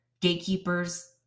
gatekeepers